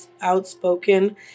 outspoken